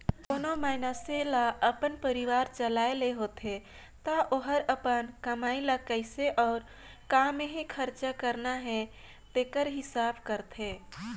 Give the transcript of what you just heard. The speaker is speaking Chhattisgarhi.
कोनो मइनसे ल अपन परिवार चलाए ले होथे ता ओहर अपन कमई ल कइसे अउ काम्हें खरचा करना हे तेकर हिसाब करथे